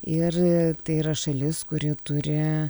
ir tai yra šalis kuri turi